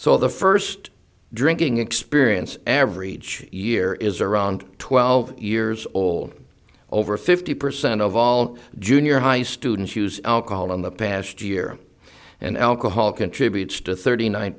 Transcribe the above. so the first drinking experience average year is around twelve years old over fifty percent of all junior high students use alcohol in the past year and alcohol contributes to thirty nine